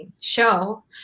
show